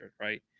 right